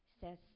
says